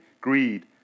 greed